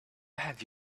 have